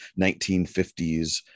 1950s